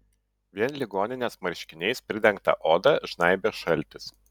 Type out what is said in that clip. vien ligoninės marškiniais pridengtą odą žnaibė šaltis